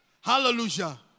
Hallelujah